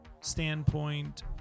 standpoint